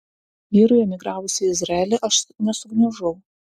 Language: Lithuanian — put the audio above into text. vyrui emigravus į izraelį aš nesugniužau